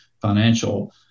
Financial